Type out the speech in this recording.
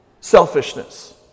Selfishness